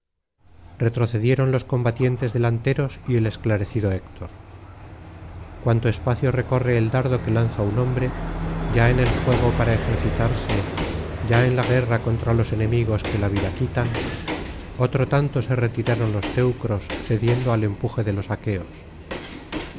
retrocedieron los combatientes delanteros y el esclarecido héctor cuanto espacio recorre el dardo que lanza un hombre ya en el juego para ejercitarse ya en la guerra contra los enemigos que la vida quitan otro tanto se retiraron los teucros cediendo al empuje de los aqueos